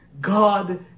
God